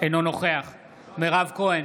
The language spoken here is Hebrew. אינו נוכח מירב כהן,